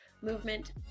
movement